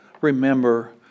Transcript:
Remember